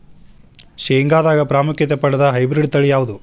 ಶೇಂಗಾದಾಗ ಪ್ರಾಮುಖ್ಯತೆ ಪಡೆದ ಹೈಬ್ರಿಡ್ ತಳಿ ಯಾವುದು?